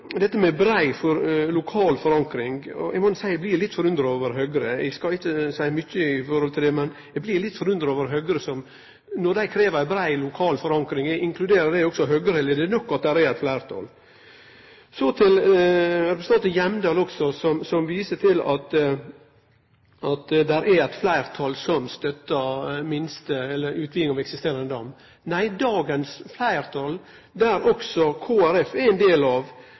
eg blir litt forundra over Høgre. Eg skal ikkje seie mykje om det, men når dei krev ei brei, lokal forankring, inkluderer det også Høgre, eller er det nok at det er eit fleirtal? Så til representanten Hjemdal, som viser til at det er eit fleirtal som støttar utvidinga av eksisterande dam. Nei, for det var seks frå Arbeidarpartiet, fire frå Framstegspartiet, tre frå Kristeleg Folkeparti, ein